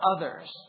others